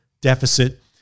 deficit